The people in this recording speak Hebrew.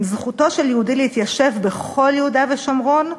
זכותו של יהודי להתיישב בכל יהודה ושומרון,